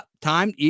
time